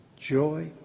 joy